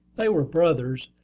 they were brothers,